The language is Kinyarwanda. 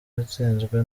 yatsinzwe